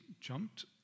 jumped